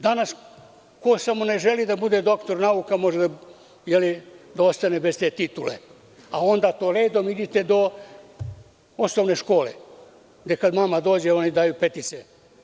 Danas samo ko ne želi da bude doktor nauka, može da ostane bez te titule, a onda to redom idite do osnovne škole, gde kad mama dođe, oni daju petice.